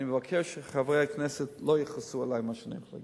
ואני מבקש שחברי הכנסת לא יכעסו על מה שאומר.